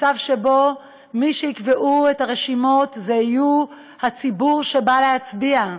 מצב שבו מי שיקבע את הרשימות זה יהיה הציבור שבא להצביע.